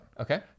Okay